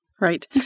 Right